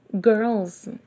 girls